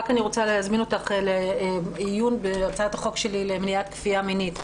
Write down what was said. אני רק רוצה להזמין אותך לעיון בהצעת החוק שלי למניעת כפייה מינית,